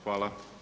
Hvala.